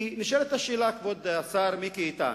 כי נשאלת השאלה, כבוד השר מיקי איתן: